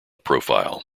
profile